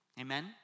Amen